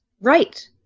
Right